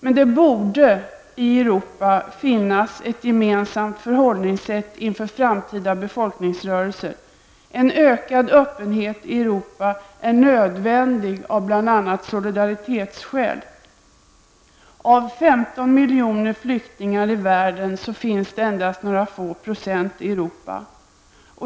Men det borde i Europa finnas ett gemensamt förhållningssätt inför framtida befolkningsrörelser. En ökad öppenhet i Europa är nödvändig av bl.a. solidaritetsskäl. Av 15 miljoner flyktingar i världen finns endast några få procent i Europa.